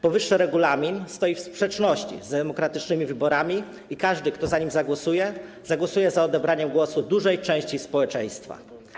Powyższy regulamin stoi w sprzeczności z demokratycznymi wyborami i każdy, kto za nim zagłosuje, zagłosuje za odebraniem głosu dużej części społeczeństwa.